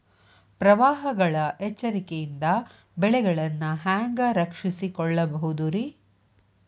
ಪ್ರವಾಹಗಳ ಎಚ್ಚರಿಕೆಯಿಂದ ಬೆಳೆಗಳನ್ನ ಹ್ಯಾಂಗ ರಕ್ಷಿಸಿಕೊಳ್ಳಬಹುದುರೇ?